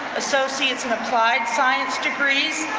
associates in applied science degrees,